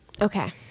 okay